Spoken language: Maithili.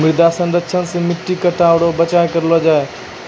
मृदा संरक्षण से मट्टी कटाव रो बचाव करलो जाय